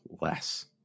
less